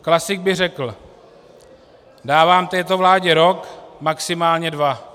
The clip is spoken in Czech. Klasik by řekl dávám této vládě rok, maximálně dva.